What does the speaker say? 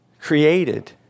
created